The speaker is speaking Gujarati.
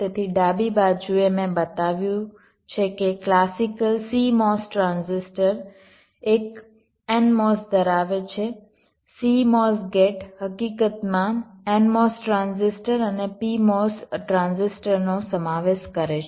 તેથી ડાબી બાજુએ મેં બતાવ્યું છે કે ક્લાસિકલ CMOS ટ્રાન્ઝિસ્ટર એક NMOS ધરાવે છે CMOS ગેટ હકીકતમાં NMOS ટ્રાન્ઝિસ્ટર અને PMOS ટ્રાન્ઝિસ્ટરનો સમાવેશ કરે છે